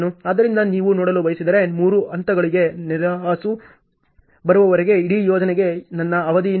ಆದ್ದರಿಂದ ನೀವು ನೋಡಲು ಬಯಸಿದರೆ ಮೂರು ಹಂತಗಳಿಗೆ ನೆಲಹಾಸು ಬರುವವರೆಗೆ ಇಡೀ ಯೋಜನೆಗೆ ನನ್ನ ಅವಧಿ 435 ಆಗಿರುತ್ತದೆ